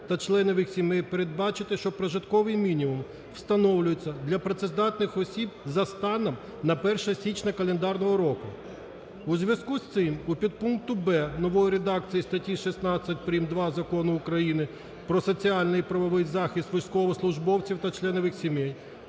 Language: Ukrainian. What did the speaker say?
та членів їх сімей" передбачити, що прожитковий мінімум встановлюється для працездатних осіб за станом на 1 січня календарного року. У зв'язку з цим, у підпункті б) нової редакції статті 16 прим.2 Закону України "Про соціальний і правовий захист військовослужбовців та членів їх сімей",